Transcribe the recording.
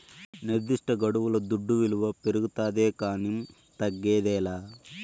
నిర్దిష్టగడువుల దుడ్డు విలువ పెరగతాదే కానీ తగ్గదేలా